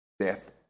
death